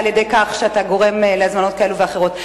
ועל-ידי כך אתה גורם להזמנות כאלה ואחרות.